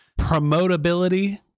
promotability